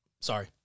Sorry